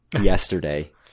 yesterday